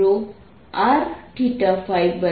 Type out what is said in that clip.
તો rθϕCr3sin2cos2ϕ r|cosθ| છે